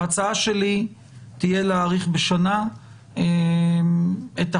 ההצעה שלי תהיה להאריך בשנה את החוק,